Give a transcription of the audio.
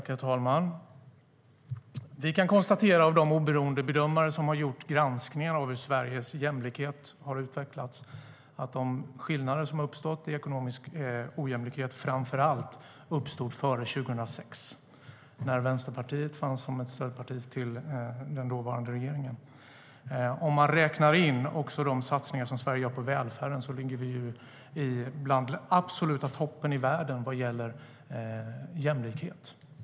Herr talman! Av de resultat som oberoende bedömare har kommit fram till när de har granskat hur Sveriges jämlikhet har utvecklats kan vi konstatera att de skillnader som har uppstått i ekonomisk ojämlikhet framför allt uppstod före 2006 när Vänsterpartiet fanns som ett stödparti till den dåvarande regeringen. Om man även räknar de satsningar som Sverige gör på välfärden ligger vi bland den absoluta toppen i världen vad gäller jämlikhet.